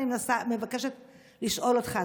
אני מבקשת לשאול אותך,